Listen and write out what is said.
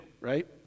right